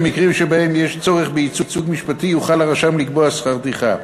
במקרים שבהם יש צורך בייצוג משפטי יוכל הרשם לקבוע שכר טרחה.